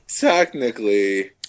Technically